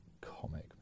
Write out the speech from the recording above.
comic